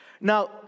Now